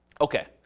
Okay